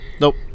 nope